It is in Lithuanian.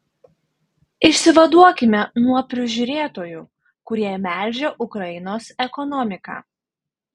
išsivaduokime nuo prižiūrėtojų kurie melžia ukrainos ekonomiką